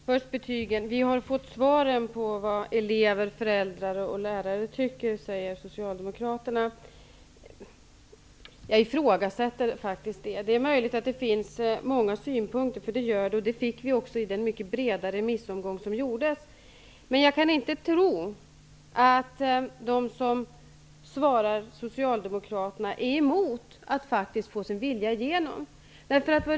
Herr talman! Först om betygen. Vi har fått svaren på vad elever, föräldrar och lärare tycker, säger socialdemokraterna. Jag ifrågasätter faktiskt det. Det finns många synpunkter, vi fick många synpunkter i den mycket breda remissomgång som gjordes. Men jag kan inte tro att de som svarat socialdemokraterna är emot att faktiskt få sin vilja igenom.